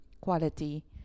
quality